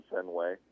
Fenway